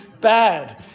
bad